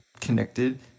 connected